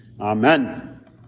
Amen